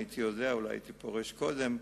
אם הייתי יודע אולי הייתי פורש קודם.